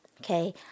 okay